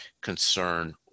concern